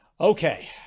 Okay